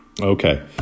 Okay